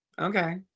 okay